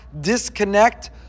disconnect